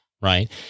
right